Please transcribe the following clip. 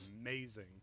amazing